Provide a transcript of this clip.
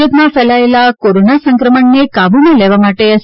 સુરત માં ફેલાયેલા કોરોના સંક્રમણને કાબૂમાં લેવા માટે એસ